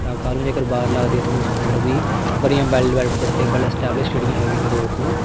ਤਾਂ ਕੱਲ੍ਹ ਨੂੰ ਜੇਕਰ ਵਾਰ ਲੱਗਦੀ ਤਾਂ ਉਸ ਪੁਆਇੰਟ ਆੱਫ ਵੀ ਬੜੀਆਂ ਵੈੱਲ ਡਿਵੈਲਪਡ ਅਤੇ ਵੈੱਲ ਇਸਟੈਬਲਿਸ਼ਡ ਜਿਹੜੀਆਂ ਹੈਗੀਆਂ ਨੇ ਰੋਡਸ ਨੂੰ